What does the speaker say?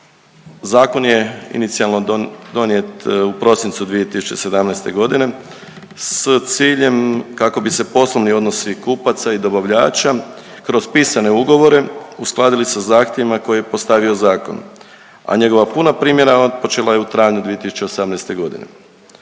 Zakon je inicijalno donijet u prosincu 2017.g. s ciljem kako bi se poslovni odnosi kupaca i dobavljača kroz pisane ugovore uskladili sa zahtjevima koje je postavio zakon, a njegova puna primjena otpočela je u travnju 2018.g..